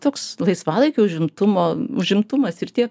toks laisvalaikio užimtumo užimtumas ir tiek